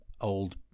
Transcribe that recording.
old